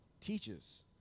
teaches